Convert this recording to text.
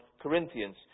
Corinthians